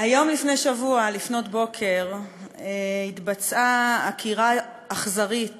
היום לפני שבוע לפנות בוקר התבצעה עקירה אכזרית